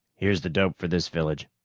here's the dope for this village.